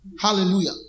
Hallelujah